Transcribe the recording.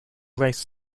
race